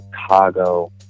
Chicago